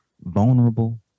vulnerable